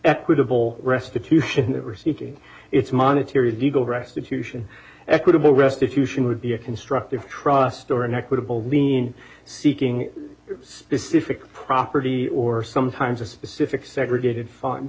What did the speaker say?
equitable restitution the receipt it's monetary diggle restitution equitable restitution would be a constructive trust or an equitable lien seeking specific property or sometimes a specific segregated f